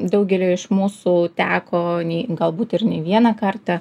daugeliui iš mūsų teko nei galbūt ir ne vieną kartą